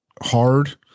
hard